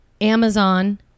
Amazon